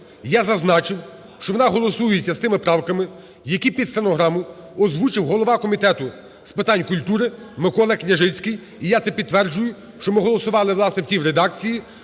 я зазначив, що вона голосується з тими правками, які під стенограму озвучив голова Комітету з питань культури Микола Княжицький. І я це підтверджую, що ми голосували, власне, в тій редакції